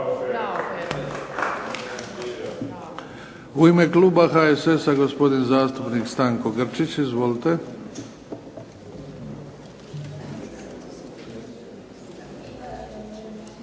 U ime kluba HSS-a gospodin zastupnik Stanko Grčić. Izvolite.